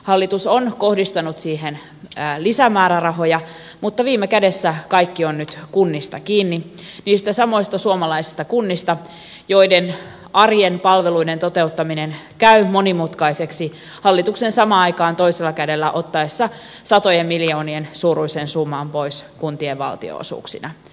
hallitus on kohdistanut siihen lisämäärärahoja mutta viime kädessä kaikki on nyt kunnista kiinni niistä samoista suomalaisista kunnista joiden arjen palveluiden toteuttaminen käy monimutkaiseksi hallituksen samaan aikaan toisella kädellä ottaessa satojen miljoonien suuruisen summan pois kuntien valtionosuuksina